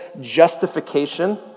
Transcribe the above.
Justification